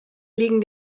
liegen